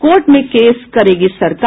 court में case करेगी सरकार